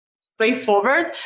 straightforward